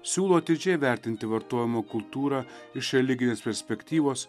siūlo atidžiai vertinti vartojimo kultūrą iš religijos perspektyvos